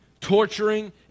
torturing